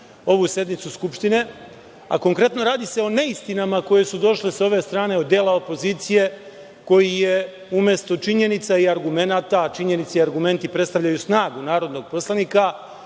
ovu sednicu Skupštine, a radi se konkretno o neistinama koje su došle sa ove strane od dela opozicije koji je umesto činjenica i argumenata, a činjenice i argumenti predstavljaju snagu narodnog poslanika,